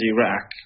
Iraq